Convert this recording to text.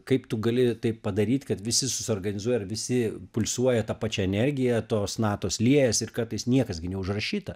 kaip tu gali taip padaryt kad visi susiorganizuoja visi pulsuoja ta pačia energija tos natos liejas ir kartais niekas gi neužrašyta